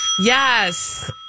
Yes